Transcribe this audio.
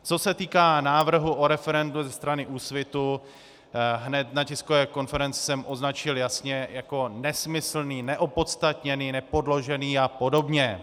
Co se týká návrhu o referendu ze strany Úsvitu, hned na tiskové konferenci jsem označil jasně jako nesmyslný, neopodstatněný, nepodložený apod.